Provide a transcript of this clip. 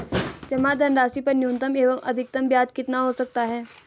जमा धनराशि पर न्यूनतम एवं अधिकतम ब्याज कितना हो सकता है?